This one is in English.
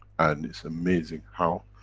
and it's amazing how.